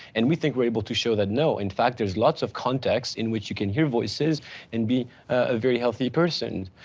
and we think we're able to show that no, in fact lots of context in which you can hear voices and be a very healthy person.